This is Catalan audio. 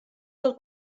del